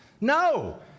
No